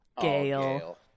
Gail